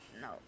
No